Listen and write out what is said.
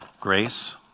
grace